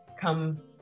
Come